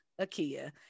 Akia